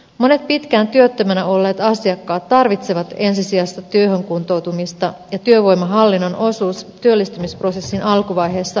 monet pitkään työttömänä olleet asiakkaat tarvitsevat ensisijaista työhön kuntoutumista ja työvoimahallinnon osuus työllistymisprosessin alkuvaiheessa on vähäistä